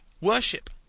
worship